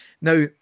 Now